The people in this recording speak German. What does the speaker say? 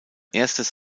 erstes